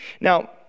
Now